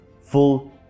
full